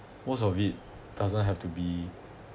most of it doesn't have to be